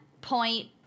point